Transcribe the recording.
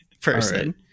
person